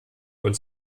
uns